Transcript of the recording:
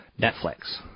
Netflix